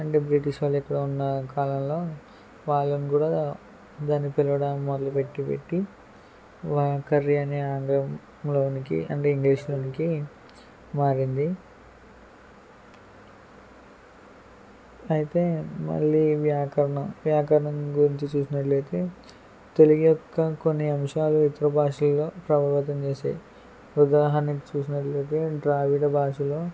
and British వాళ్ళు ఇక్కడ ఉన్న కాలంలో వాళ్ళని కూడా దాన్ని పిలవడం మొదలు పెట్టి పెట్టి అలా కర్రీ అనే ఆంగ్లంలోకి అండ్ ఇంగ్లీష్లోకి మారింది అయితే మళ్ళీ వ్యాకరణం వ్యాకరణం గురించి చూసినట్లయితే తెలుగు యొక్క కొన్ని అంశాలు ఇతర భాషలలో ప్రభావితం చేసాయి ఉదాహరణకి చూసినట్లయితే ద్రావిడ భాషలో